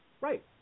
Right